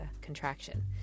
contraction